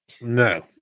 No